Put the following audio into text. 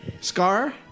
Scar